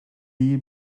and